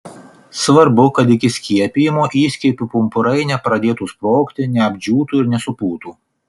svarbu kad iki skiepijimo įskiepių pumpurai nepradėtų sprogti neapdžiūtų ir nesupūtų